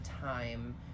time